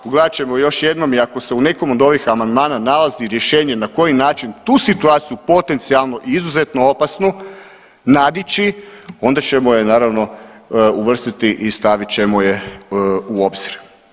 Pogledat ćemo još jednom i ako se u nekom od ovih amandmana nalazi rješenje na koji način tu situaciju potencijalno i izuzetno opasnu nadići, onda ćemo je naravno uvrstiti i stavit ćemo je u obzir.